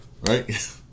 Right